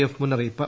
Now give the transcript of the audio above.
F മുന്നറിയിപ്പ്